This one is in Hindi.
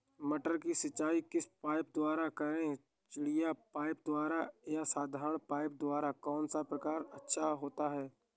मटर की सिंचाई किस पाइप द्वारा करें चिड़िया पाइप द्वारा या साधारण पाइप द्वारा कौन सा प्रकार अच्छा होता है?